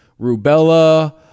rubella